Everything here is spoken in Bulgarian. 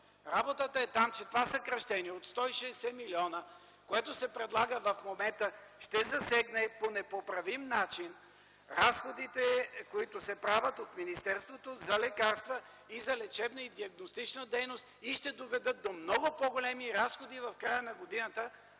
Работата е там, че това съкращение от 160 млн. лв., което се предлага в момента, ще засегне по непоправим начин разходите, които се правят от министерството за лекарства и за лечебна и диагностична дейност, и ще доведат до много по-големи разходи в края на годината,